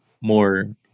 more